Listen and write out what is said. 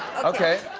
okay.